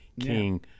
King